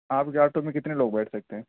آپ کے آٹو میں کتنے لوگ بیٹھ سکتے ہیں